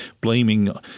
blaming